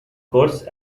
course